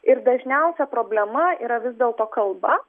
ir dažniausia problema yra vis dėlto kalba